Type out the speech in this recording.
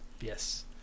Yes